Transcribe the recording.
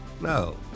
No